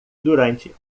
durante